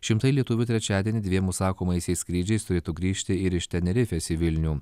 šimtai lietuvių trečiadienį dviem užsakomaisiais skrydžiais turėtų grįžti ir iš tenerifės į vilnių